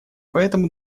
поэтому